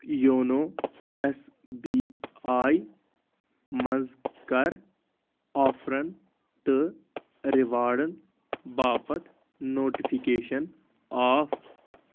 YONO S B I منٛز کَر آفرَن تہٕ ریوارڑَن باپتھ نوٹفکیشن آف